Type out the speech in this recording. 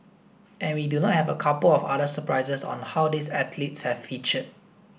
and we do not have a couple of other surprises on how these athletes have featured